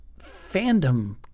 fandom